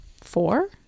four